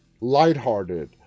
lighthearted